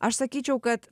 aš sakyčiau kad